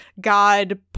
God